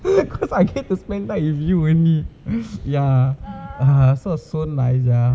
because I came to spend time with you only ya so it was so nice